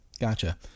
Gotcha